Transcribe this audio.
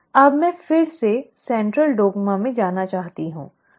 अब मैं फिर से सेंट्रल डोग्मा में जाना चाहती हूं